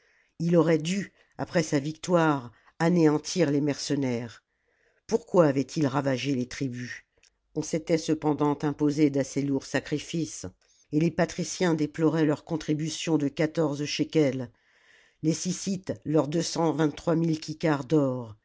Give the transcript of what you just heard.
il aurait dû après sa victoire anéantir les mercenaires pourquoi avait-il ravagé les tribus on s'était cependant imposé d'assez lourds sacrifices et les patriciens déploraient leur contribution de quatorze shekels les syssites leurs deux cent vingttrois mille kikars d'or